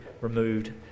removed